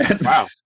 Wow